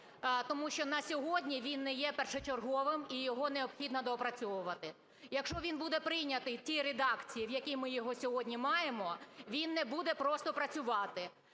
тому що на сьогодні він не є першочерговим і його необхідно доопрацьовувати. Якщо він буде прийнятий в тій редакції, в якій ми його сьогодні маємо, він не буде просто працювати.